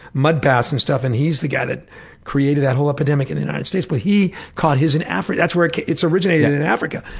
mud baths and stuff, and he's the guy that created that whole epidemic in the united states. but he caught his in africa, that's where it originated, in africa.